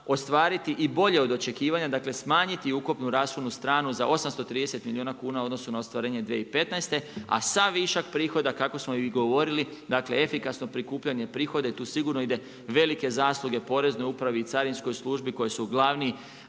ostvariti i bolje od očekivanje, dakle smanjiti ukupnu rashodnu stranu za 830 milijuna kuna, u odnosu na ostvarenje 2015., a sav višak prihoda kako smo i govorili dakle, efikasno prikupljanje prihoda i tu sigurno ide velike zasluge poreznoj upravi i carinskoj službi koji su glavni